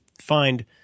find